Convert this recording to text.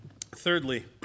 Thirdly